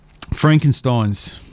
Frankensteins